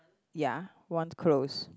ya one's closed